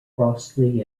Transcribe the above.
crossley